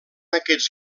aquests